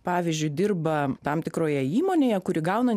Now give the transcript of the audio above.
pavyzdžiui dirba tam tikroje įmonėje kuri gauna